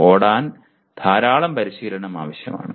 ഓടാൻ ധാരാളം പരിശീലനം ആവശ്യമാണ്